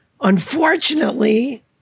Unfortunately